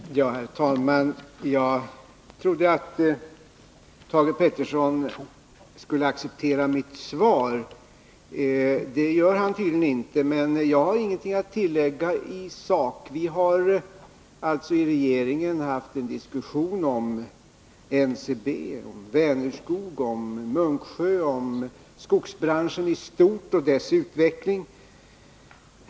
Herr talman! Jag trodde att Thage Peterson skulle acceptera mitt svar. Det gör han tydligen inte. Men jag har ingenting att tillägga i sak. Vi har alltså i regeringen haft en diskussion om NCB, om Vänerskog, om Munksjö, om skogsbranschen i stort och dess utveckling.